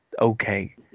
okay